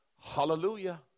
Hallelujah